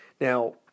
Now